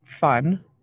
fun